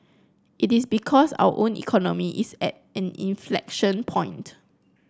it is because our own economy is at an inflection point